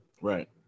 Right